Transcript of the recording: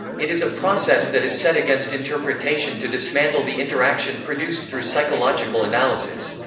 it is a process that is set against interpretation to dismantle the interaction produced through psychological analysis.